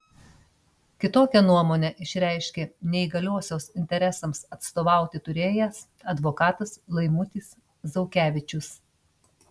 kitokią nuomonę išreiškė neįgaliosios interesams atstovauti turėjęs advokatas laimutis zaukevičius